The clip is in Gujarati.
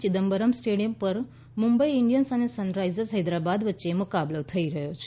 ચિદમ્બરમ સ્ટેડિયમ પર મુંબઇ ઇન્ડિયન્સ અને સનરાઇઝર્સ હૈદરાબાદ વચ્ચે મુકાબલો થઇ રહ્યો છે